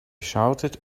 shouted